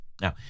Now